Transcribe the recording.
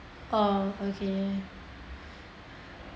oh okay